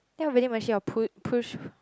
then really pu~ push